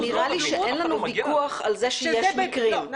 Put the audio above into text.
שזה --- נראה לי שאין לנו ויכוח על זה שיש מקרים.